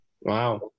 Wow